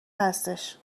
هستش